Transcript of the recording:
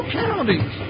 counties